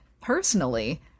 personally